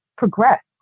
progress